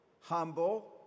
humble